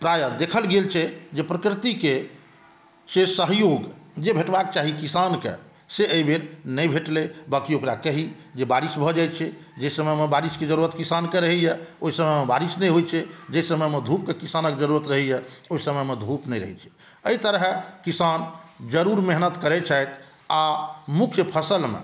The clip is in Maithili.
प्रायः देखल गेल छै जे प्रकृति के से सहयोग जे भेटबाक चाही किसान के से एहिबेर नहि भेटलै बाकि ओकरा कहि जे बारिश भऽ जाइ छै जाहिसमयमे बारिशके जरूरत किसानके रहैया ओहिसमय मे बारिश नहि होइ छै जाहिसमयमे धुप के किसानके जरूरत रहैया ओहिसमयमे धुप नै रहै छै एहितरहे किसान जरूर मेहनत करै छथि आ मुख्य फसल मे